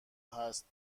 هست